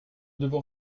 devons